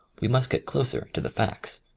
we must get closer to the facts.